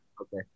Okay